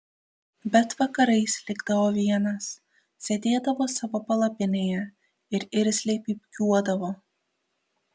bet vakarais likdavo vienas sėdėdavo savo palapinėje ir irzliai pypkiuodavo